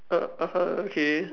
ah (uh huh) okay